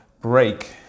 break